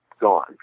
gone